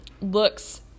looks